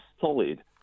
solid